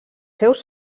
seus